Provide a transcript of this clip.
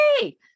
hey